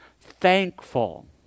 thankful